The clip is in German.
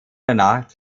danach